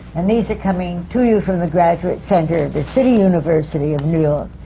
and these are coming to you from the graduate center of the city university of new york.